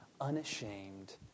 unashamed